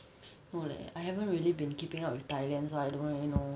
no leh I haven't really been keeping up with thailand so I don't really know